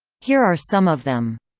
here are some of them